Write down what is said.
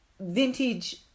vintage